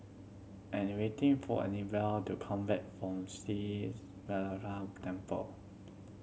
I waiting for Anibal to come back from Sri Temple